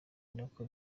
nako